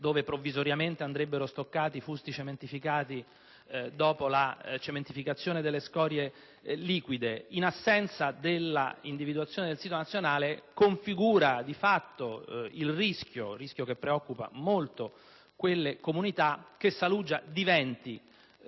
dove provvisoriamente andrebbero stoccati i fusti cementificati dopo la cementificazione delle scorie liquide configura, in assenza dell'individuazione del sito nazionale, il rischio, che preoccupa molto quelle comunità, che Saluggia diventi,